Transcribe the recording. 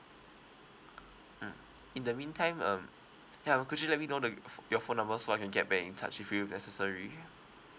mm in the mean time um ya could you let me know the f~ your phone number so I can get back in touch with you if necessary